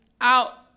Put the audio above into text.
out